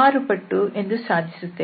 6 ಪಟ್ಟು ಎಂದು ಸಾಧಿಸುತ್ತೇವೆ